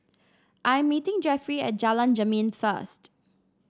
I am meeting Jeffrey at Jalan Jermin first